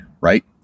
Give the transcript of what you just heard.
right